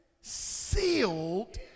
sealed